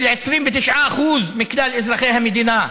של 29% מכלל אזרחי המדינה,